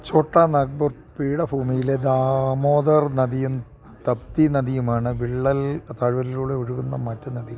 ചോട്ടാ നാഗ്പൂർ പീഠഭൂമിയിലെ ദാമോദർ നദിയും തപ്തി നദിയുമാണ് വിള്ളൽ താഴ്വരയിലൂടെ ഒഴുകുന്ന മറ്റ് നദികള്